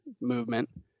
movement